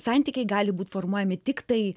santykiai gali būt formuojami tiktai